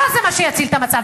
לא זה מה שיציל את המצב.